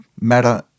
matter